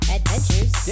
Adventures